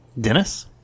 Dennis